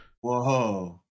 Whoa